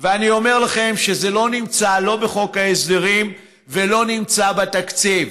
ואני אומר לכם שזה לא נמצא בחוק ההסדרים ולא נמצא בתקציב.